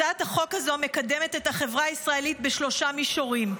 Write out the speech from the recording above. הצעת החוק הזו מקדמת את החברה הישראלית בשלושה מישורים: